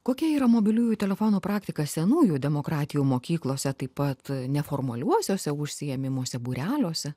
kokia yra mobiliųjų telefonų praktika senųjų demokratijų mokyklose taip pat neformaliuose užsiėmimuose būreliuose